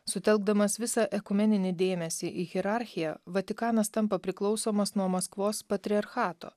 sutelkdamas visą ekumeninį dėmesį į hierarchiją vatikanas tampa priklausomas nuo maskvos patriarchato